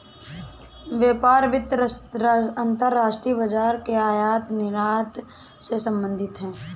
व्यापार वित्त अंतर्राष्ट्रीय बाजार के आयात निर्यात से संबधित है